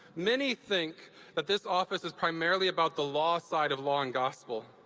many think that this office is primarily about the law side of law and gospel,